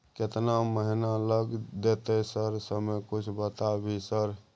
केतना महीना लग देतै सर समय कुछ बता भी सर?